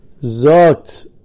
Zot